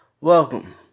Welcome